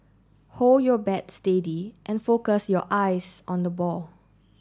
hold your bat steady and focus your eyes on the ball